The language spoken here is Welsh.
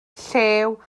llew